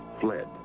fled